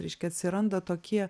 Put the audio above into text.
reiškia atsiranda tokie